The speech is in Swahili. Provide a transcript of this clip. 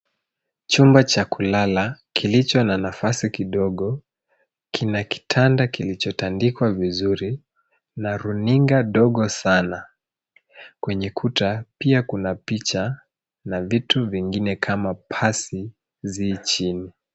Chumba cha kulala kilicho na nafasi kidogo kuna kitanda kilichotandikwa vizuri na runinga dogo sana. Kwenye kuta, pia kuna picha na vitu vingine kama pasi zi chini.